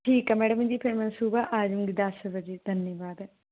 ਠੀਕ ਹੈ ਮੈਡਮ ਜੀ ਫਿਰ ਮੈਂ ਸੁਭਾਹ ਆ ਜੂੰਗੀ ਦਸ ਵਜੇ ਦਨਿਆਵਾਦ